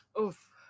Oof